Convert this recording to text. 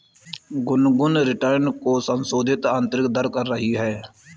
Gungun return की संशोधित आंतरिक दर कर रही है